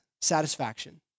satisfaction